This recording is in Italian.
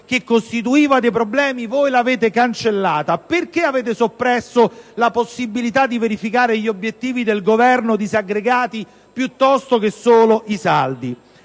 che costituiva problemi? Perché avete soppresso la possibilità di verificare gli obiettivi del Governo disaggregati piuttosto che solo i saldi?